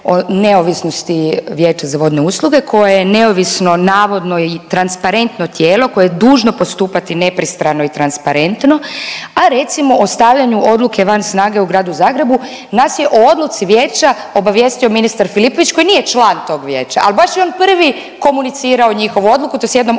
o neovisnosti Vijeća za vodne usluge koje je neovisno, navodno i transparentno tijelo koje je dužno pristupati nepristrano i transparentno, a recimo, o stavljanju odluke van snage u Gradu Zagrebu nas je o odluci Vijeća obavijestio ministar Filipović koji nije član tog Vijeća, ali baš je on prvi komunicirao njihovu odluku i to s jednom osobitom